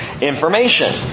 information